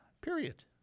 Period